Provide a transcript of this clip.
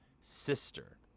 sister